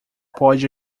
pode